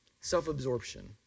self-absorption